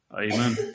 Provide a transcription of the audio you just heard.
Amen